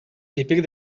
típic